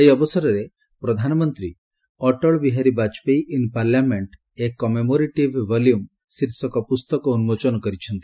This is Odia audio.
ଏହି ଅବସରରେ ପ୍ରଧାନମନ୍ତ୍ରୀ Atal Bihari Vajpayee in Parliament a commemorative volume ଶୀର୍ଷକ ପୁସ୍ତକ ଉନ୍ଜୋଚନ କରିଛନ୍ତି